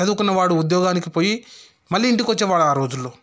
చదువుకున్నవాడు ఉద్యోగానికి పోయి మళ్లీ ఇంటికొచ్చేవాడు ఆ రోజుల్లో